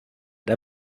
der